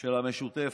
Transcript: של המשותפת.